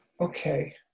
okay